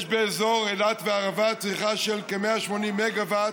יש באזור אילת והערבה צריכה של כ-180 מגה-ואט,